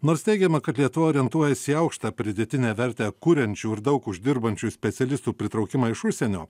nors teigiama kad lietuva orientuojasi į aukštą pridėtinę vertę kuriančių ir daug uždirbančių specialistų pritraukimą iš užsienio